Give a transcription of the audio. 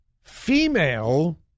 female